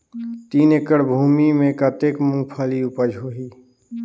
तीन एकड़ भूमि मे कतेक मुंगफली उपज होही?